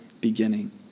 beginning